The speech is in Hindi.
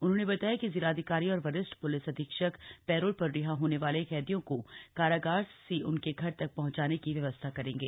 उन्होंने बताया कि जिलाधिकारी और वरिष्ठ पुलिस अधीक्षक पैरोल पर रिहा होने वाले कैदियों को कारागार से उनके घर तक पहंचाने की व्यवस्था करेंगे